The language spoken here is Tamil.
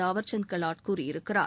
தாவர்சந்த் கெலாட் கூறியிருக்கிறார்